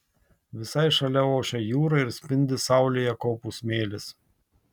visai šalia ošia jūra ir spindi saulėje kopų smėlis